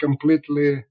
completely